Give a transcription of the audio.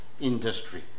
industry